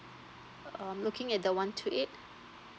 um looking at the one two eight